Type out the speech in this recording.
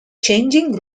changing